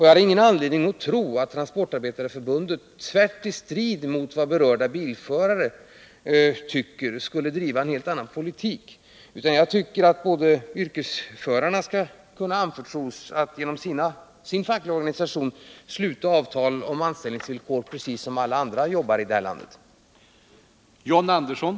Jag har ingen anledning att tro att Transportarbetareförbundet driver en helt annan politik än berörda bilförare vill ha. Jag tycker att yrkesförarna skall kunna anförtros att genom sin fackliga organisation sluta avtal om anställningsvillkor precis som alla andra jobbare här i landet.